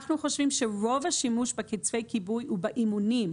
אנחנו חושבים שרוב השימוש בקצפי כיבוי הוא באימונים,